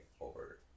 over